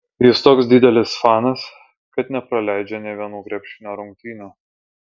jis toks didelis fanas kad nepraleidžia nė vienų krepšinio rungtynių